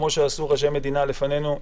כפי שעשו ראשי מדינה לפנינו,